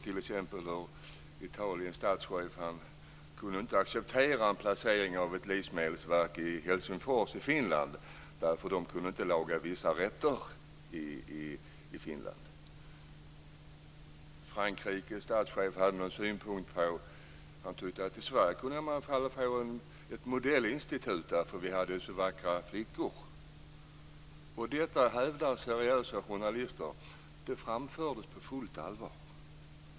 T.ex. Italiens statschef kunde inte acceptera en placering av en livsmedelsmyndighet i Helsingfors i Finland eftersom man i Finland inte kan laga vissa rätter. Frankrikes statschef hade också synpunkter. Han tyckte att man i Sverige kunde få ett modellinstitut eftersom vi har så vackra flickor. Detta hävdar seriösa journalister. Det framfördes på fullt allvar.